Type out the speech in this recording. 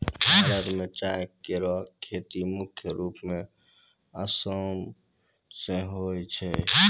भारत म चाय केरो खेती मुख्य रूप सें आसाम मे होय छै